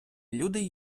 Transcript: люди